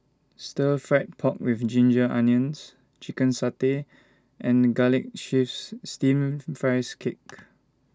Stir Fried Pork with Ginger Onions Chicken Satay and Garlic Chives Steamed Rice Cake